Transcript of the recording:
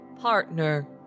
Partner